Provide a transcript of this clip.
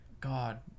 God